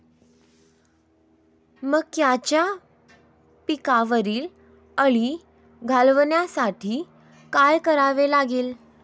मक्याच्या पिकावरील अळी घालवण्यासाठी काय करावे लागेल?